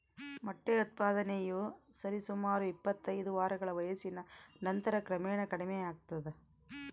ಮೊಟ್ಟೆ ಉತ್ಪಾದನೆಯು ಸರಿಸುಮಾರು ಇಪ್ಪತ್ತೈದು ವಾರಗಳ ವಯಸ್ಸಿನ ನಂತರ ಕ್ರಮೇಣ ಕಡಿಮೆಯಾಗ್ತದ